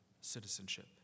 citizenship